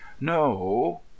no